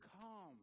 calm